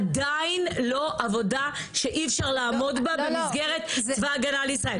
עדיין לא עבודה שאי אפשר לעמוד בה במסגרת צבא הגנה לישראל.